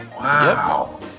Wow